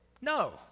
No